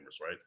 right